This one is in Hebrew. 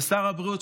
לשר הבריאות,